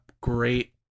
great